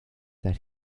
that